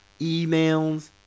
emails